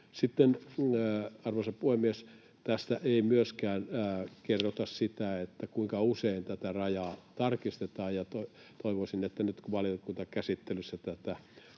arvoisa puhemies, tässä ei myöskään kerrota sitä, kuinka usein tätä rajaa tarkistetaan. Toivoisin, että nyt kun valiokuntakäsittelyssä tätä